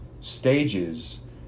stages